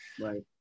right